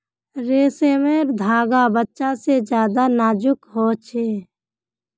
रेसमर धागा बच्चा से ज्यादा नाजुक हो छे